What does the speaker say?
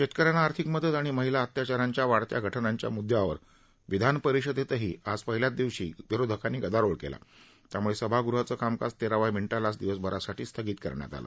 शेतकऱ्यांना आर्थिक मदत आणि महिला अत्याचारांच्या वाढत्या घटनांच्या मुदयांवर विधानपरिषदेतही आज पहिल्याच दिवशी विरोधकांनी गदारोळ केला त्यामुळे सभागृहाचं कामकाज तेराव्या मिनिटालाच दिवसभरासाठी स्थगित करण्यात आलं